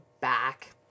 back